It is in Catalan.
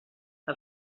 que